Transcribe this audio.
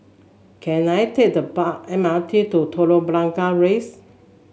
can I take the bar M R T to Telok Blangah Rise